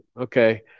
okay